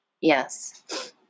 Yes